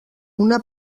una